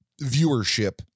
viewership